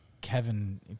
Kevin